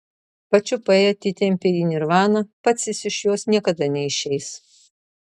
pačiupai atitempei į nirvaną pats jis iš jos niekada neišeis